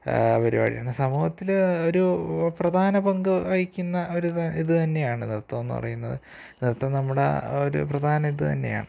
പരിപാടിയാണ് സമൂഹത്തിൽ ഒരു പ്രധാന പങ്ക് വഹിക്കുന്ന ഒരു ഇത് തന്നെയാണ് നൃത്തമെന്നു പറയുന്നത് നൃത്തം നമ്മുടെ ഒരു പ്രധാന ഇത് തന്നെയാന്ന്